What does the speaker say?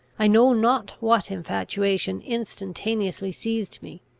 i know not what infatuation instantaneously seized me.